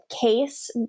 case